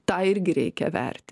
tą irgi reikia verti